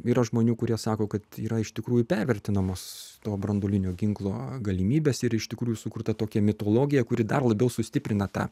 yra žmonių kurie sako kad yra iš tikrųjų pervertinamos to branduolinio ginklo galimybės ir iš tikrųjų sukurta tokia mitologija kuri dar labiau sustiprina ta